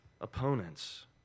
opponents